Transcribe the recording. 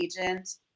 agent